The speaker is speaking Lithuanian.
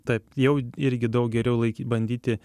taip jau irgi daug geriau bandyti